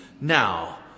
now